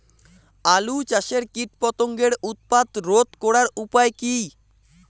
আলু চাষের কীটপতঙ্গের উৎপাত রোধ করার উপায় কী?